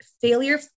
failure